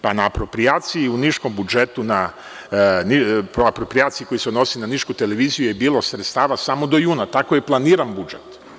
Pa, na aproprijaciji u niškom budžetu koja se odnosi na nišku televiziju je bilo sredstava samo do juna, tako je i planiran budžet.